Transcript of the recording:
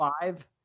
five –